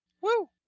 Woo